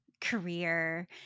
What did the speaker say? career